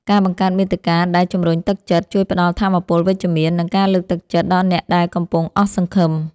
ការបង្កើតមាតិកាដែលជម្រុញទឹកចិត្ត ជួយផ្តល់ថាមពលវិជ្ជមាន និងការលើកទឹកចិត្តដល់អ្នកដែលកំពុងអស់សង្ឃឹម។